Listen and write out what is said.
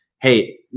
hey